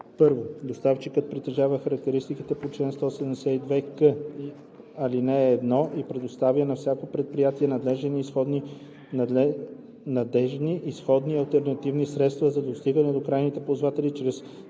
че: 1. доставчикът притежава характеристиките по чл. 172к, ал. 1 и предоставя на всяко предприятие надеждни и сходни алтернативни средства за достигане до крайните ползватели чрез